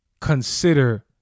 consider